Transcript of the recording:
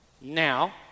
Now